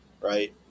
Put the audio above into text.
right